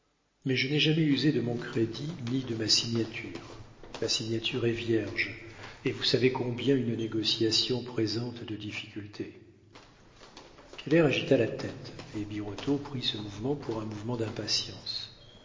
mais je n'ai jamais usé de mon crédit ni de ma signature ma signature est vierge et vous savez combien alors une négociation présente de difficultés keller agita la tête et birotteau prit ce mouvement pour un mouvement d'impatience